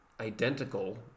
identical